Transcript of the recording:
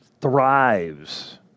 thrives